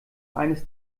eines